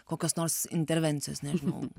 kokios nors intervencijos nežinau